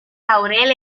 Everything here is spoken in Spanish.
laurel